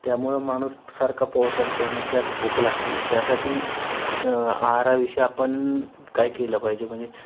त्यामुळं माणूस सारखा पोहत असतो आणि त्यात भूक लागते त्यासाठी आहाराविषयी आपण काय केलं पाहिजे म्हणजे